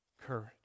courage